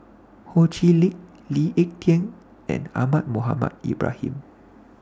Ho Chee Lick Lee Ek Tieng and Ahmad Mohamed Ibrahim